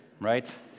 right